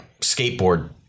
skateboard